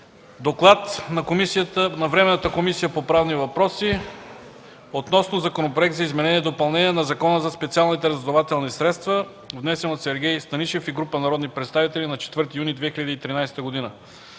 „ДОКЛАД на Временната комисия по правни въпроси относно Законопроект за изменение и допълнение на Закона за специалните разузнавателни средства, внесен от Сергей Станишев и група народни представители на 4 юни 2013 г.